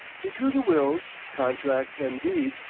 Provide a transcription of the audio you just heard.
he drew the wills, contracts, and deeds,